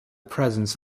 presence